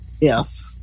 Yes